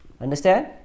Understand